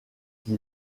qui